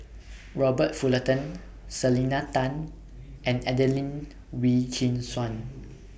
Robert Fullerton Selena Tan and Adelene Wee Chin Suan